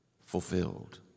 fulfilled